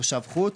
כתושב חוץ.